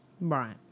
Right